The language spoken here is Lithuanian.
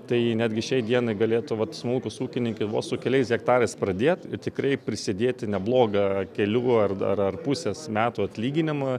tai netgi šiai dienai galėtų vat smulkūs ūkininkai vos su keliais hektarais pradėt tikrai prisidėti neblogą kelių ar dar ar pusės metų atlyginimą